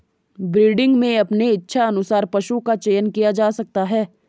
breeding में अपने इच्छा अनुसार पशु का चयन किया जा सकता है